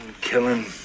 killing